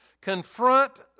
Confront